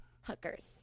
hookers